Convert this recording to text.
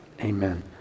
Amen